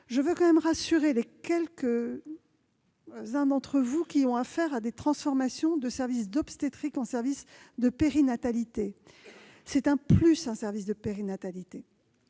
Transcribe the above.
je tiens à rassurer les quelques-uns d'entre vous qui ont affaire à la transformation de services d'obstétrique en services de périnatalité. Un service de périnatalité,